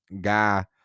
guy